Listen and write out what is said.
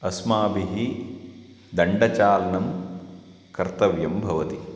अस्माभिः दण्डचालनं कर्तव्यं भवति